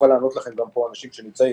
ויוכלו לענות לכם פה אנשים שנמצאים,